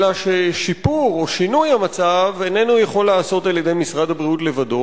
אלא ששיפור או שינוי המצב אינו יכול להיעשות על-ידי משרד הבריאות לבדו,